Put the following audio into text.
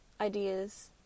ideas